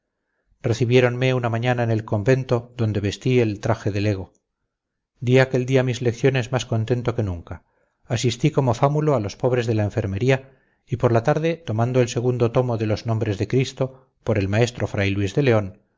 orden recibiéronme una mañana en el convento donde vestí el traje de lego di aquel día mis lecciones más contento que nunca asistí como fámulo a los pobres de la enfermería y por la tarde tomando el segundo tomo de los nombres de cristo por el maestro fray luis de león